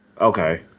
Okay